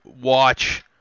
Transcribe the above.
watch